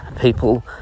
people